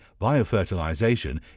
biofertilization